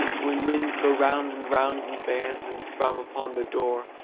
when winds go round and round in bands, and thrum upon the door,